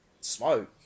smoke